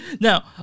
Now